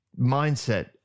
mindset